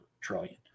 trillion